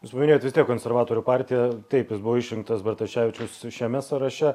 jūs paminėjot vistiek konservatorių partija taip jis buvo išrinktas bartaševičius šiame sąraše